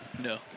No